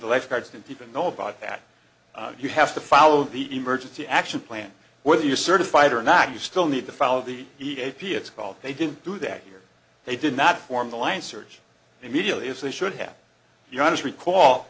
the lifeguards don't even know about that you have to follow the emergency action plan whether you're certified or not you still need to follow the e a p it's called they didn't do that here they did not form the line search immediately as they should have you don't recall